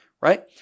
Right